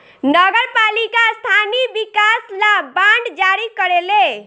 नगर पालिका स्थानीय विकास ला बांड जारी करेले